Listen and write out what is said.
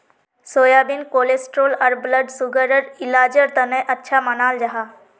soybean cholesterol आर blood सुगरर इलाजेर तने अच्छा मानाल जाहा